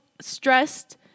stressed